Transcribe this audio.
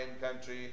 country